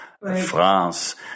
France